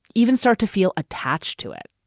even start to feel attached to it.